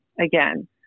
again